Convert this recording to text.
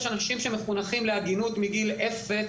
יש אנשים שמחונכים להגינות מגיל אפס